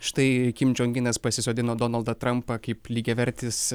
štai kim čion inas pasisodino donaldą trampą kaip lygiavertis